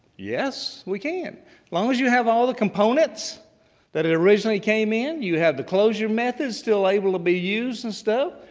yes, we can. as long as you have all the components that it originally came in, you have the closure methods still able to be used and stuff.